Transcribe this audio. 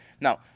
Now